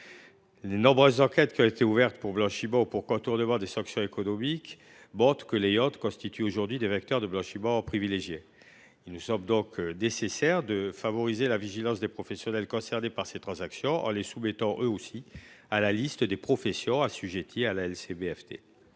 les nombreuses enquêtes ouvertes pour blanchiment ou contournement des sanctions économiques montrent que les yachts constituent des vecteurs de blanchiment privilégiés. Il nous semble donc nécessaire de favoriser la vigilance des professionnels concernés par ces transactions en les inscrivant dans la liste des professions assujetties à la LCB FT.